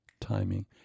timing